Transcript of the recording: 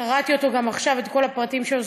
קראתי אותו גם עכשיו, את כל הפרטים שלו.